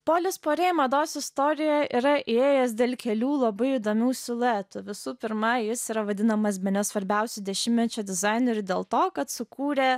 polis puarė į mados istoriją yra įėjęs dėl kelių labai įdomių siluetų visų pirma jis yra vadinamas bene svarbiausiu dešimtmečio dizaineriu dėl to kad sukūrė